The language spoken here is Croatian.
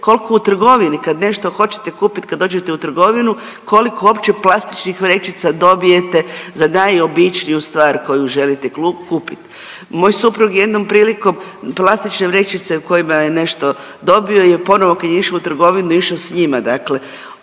kolko u trgovini kad nešto hoćete kupit kad dođete u trgovinu kolko uopće plastičnih vrećica dobijete za najobičniju stvar koju želite kupit. Moj suprug je jednom prilikom plastične vrećice u kojima je nešto dobio je ponovo kad je išao u trgovinu išao s njima, dakle